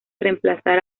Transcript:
reemplazar